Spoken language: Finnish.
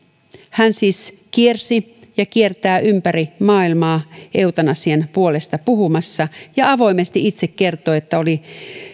hän siis kiersi ja kiertää ympäri maailmaa eutanasian puolesta puhumassa ja avoimesti itse kertoi että oli